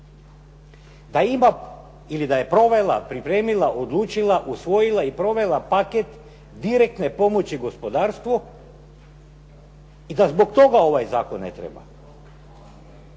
da ima ili da je provela, pripremila, odlučila usvojila i provela paket direktne pomoći gospodarstvu i da zbog toga ovaj zakon ne treba.